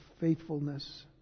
faithfulness